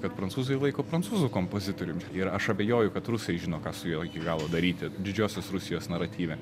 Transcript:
kad prancūzai laiko prancūzų kompozitorium ir aš abejoju kad rusai žino ką su juo iki galo daryti didžiosios rusijos naratyve